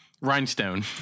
Rhinestone